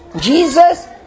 Jesus